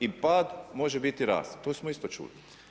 I pad može biti rast, to smo isto čuli.